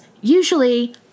usually